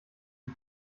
ich